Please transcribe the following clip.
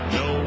no